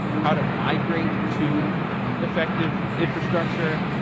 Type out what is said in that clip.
how to migrate to effective infrastructure?